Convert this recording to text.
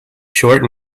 short